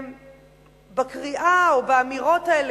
בקריאה או באמירות האלה,